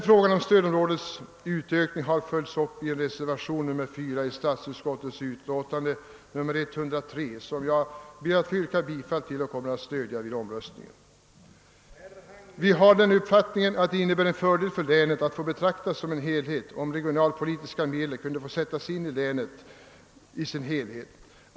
Frågan om stödområdets utökning har följts upp i reservationen 4 i statsutskottets utlåtande nr 103, som jag yrkar bifall till och kommer att stödja vid omröstningen. Vi har den uppfattningen att det innebär en fördel för länet om regionalpolitiska medel finge sättas in i länet i dess helhet.